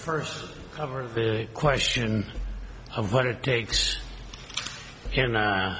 first over the question of what it takes